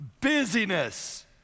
busyness